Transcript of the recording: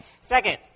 Second